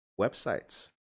websites